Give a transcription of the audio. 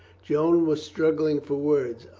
joan was struggling for words.